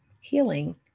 healing